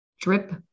drip